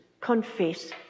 confess